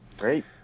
Great